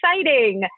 exciting